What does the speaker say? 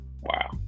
Wow